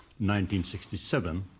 1967